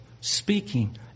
speaking